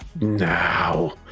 Now